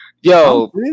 Yo